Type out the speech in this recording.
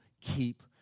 keep